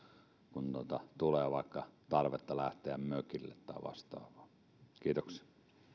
kun tulee vaikka tarvetta lähteä mökille tai vastaavaa kiitoksia